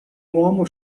uomo